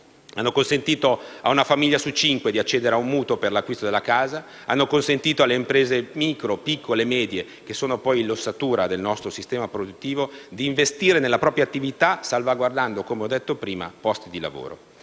hanno consentito a una famiglia su cinque di accedere a un mutuo per l'acquisto della casa ed hanno consentito alle imprese micro, piccole e medie che sono l'ossatura del nostro sistema produttivo, di investire nella propria attività, salvaguardando - come ho detto prima - posti di lavoro.